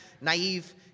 naive